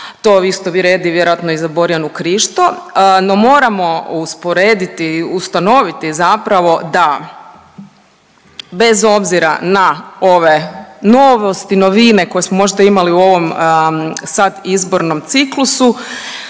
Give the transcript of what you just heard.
To isto vrijedi vjerojatno i za Borjana Krišto. No, moramo usporediti, ustanoviti zapravo da bez obzira na ove novosti, novine koje smo možda imali u ovom sad izbornom ciklusu